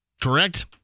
Correct